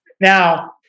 Now